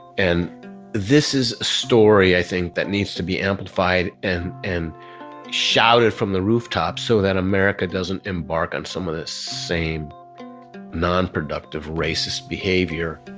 and this is a story i think that needs to be amplified and and shouted from the rooftops so that america doesn't embark on some of the same nonproductive, racist behavior